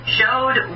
showed